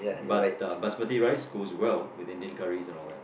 but uh basmati rice goes well with Indian curries and all that